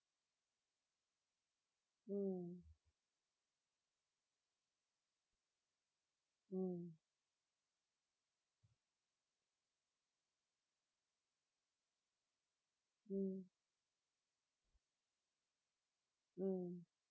mm mm mm mm